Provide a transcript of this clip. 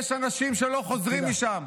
יש אנשים שלא חוזרים משם.